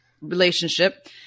relationship